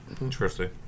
Interesting